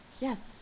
Yes